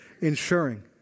ensuring